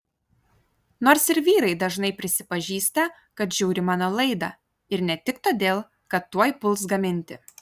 nors ir vyrai dažnai prisipažįsta kad žiūri mano laidą ir ne tik todėl kad tuoj puls gaminti